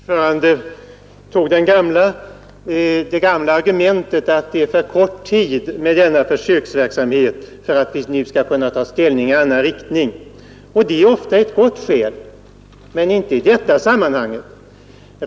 Herr talman! Utskottets vice ordförande framförde det gamla argumentet att det gått för kort tid med denna försöksverksamhet för att vi nu skall kunna ta ställning i annan riktning. Det är ofta ett gott skäl, men inte i detta sammanhang.